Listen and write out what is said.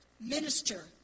minister